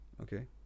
Okay